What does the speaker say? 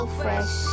fresh